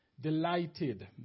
Delighted